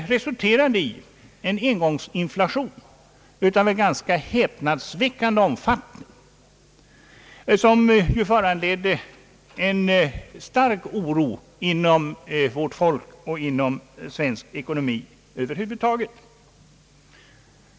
Denna resulterade i en engångsinflation av en ganska häpnadsväckande omfattning, som gav upphov till en stark oro hos vårt folk och i svensk ekonomi över huvud taget.